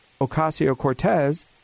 Ocasio-Cortez